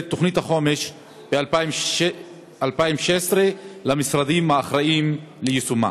התוכנית ב-2016 למשרדים האחראים ליישום?